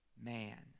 man